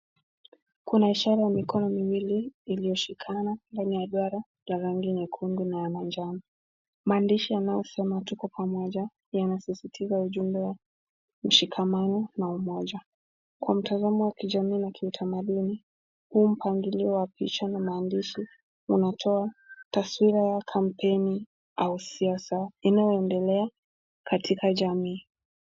Kuna ishara ya mikono miwili, ilioshikana kwenye duara ya rangi nyekundu na ya majano. Maandishi yanayosema tuko pamoja yanasisitiza ujumbe wa ushikamano na umoja. Kwa mtazamo wa kijamii na kiutamanduni huu mpangilio wa picha na maadishi unatoa taswira ya kampeni au siasa inaoendelea katika jamii.